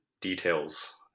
details